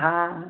हाँ